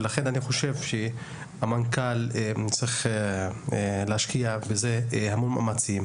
ולכן אני חושב שהמנכ"ל צריך להשקיע בזה הרבה מאמצים.